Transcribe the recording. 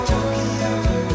Tokyo